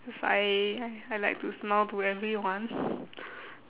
cause I I like to smile to everyone